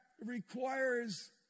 requires